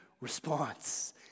response